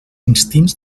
instints